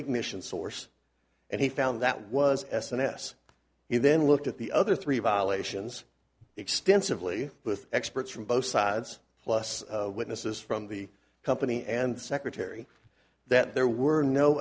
ignition source and he found that was s n s he then looked at the other three violations extensively with experts from both sides plus witnesses from the company and the secretary that there were no